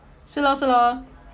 是 lor 是 lor